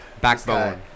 Backbone